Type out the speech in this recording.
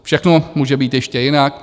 Všechno může být ještě jinak.